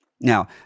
Now